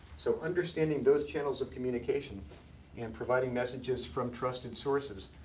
so understanding those channels of communication and providing messages from trusted sources,